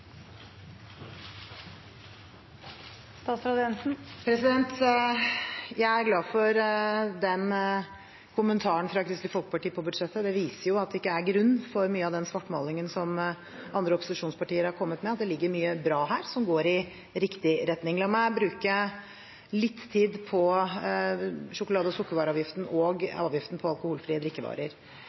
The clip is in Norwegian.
Jeg er glad for denne kommentaren fra Kristelig Folkeparti til budsjettet. Det viser at det ikke er noen grunn til mye av den svartmalingen som andre opposisjonspartier har kommet med, men at det ligger mye bra her, og at det går i riktig retning. La meg bruke litt tid på sjokolade- og sukkervareavgiften og avgiften på alkoholfrie drikkevarer.